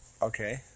Okay